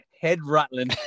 head-rattling